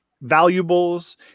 valuables